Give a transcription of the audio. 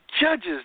judge's